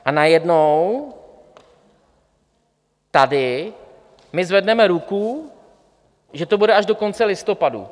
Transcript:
A najednou tady my zvedneme ruku, že to bude až do konce listopadu.